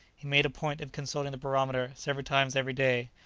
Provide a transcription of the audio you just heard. he made a point of consulting the barometer several times every day,